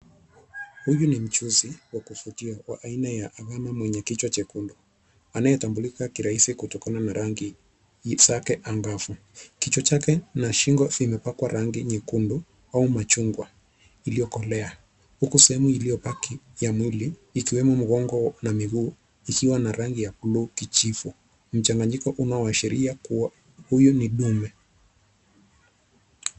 Huyu ni mjusi wa kuvutia wa aina ya alama yenye kichwa jekundu anayetambulika kwa urahisi kutokana na rangi zake angavu. Kichwa chake na shingo vimepakwa rangi nyekundu au machungwa iliyokolea huku sehemu iliyobaki ya mwili ikiwemo mgongo na miguu ikiwa na rangi ya buluu kijivu. Ni mchanganyiko unaoashiria kwamba huyu ni dume.